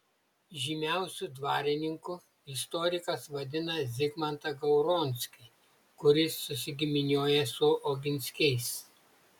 žymiausiu dvarininku istorikas vadina zigmantą gauronskį kuris susigiminiuoja su oginskiais